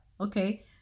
Okay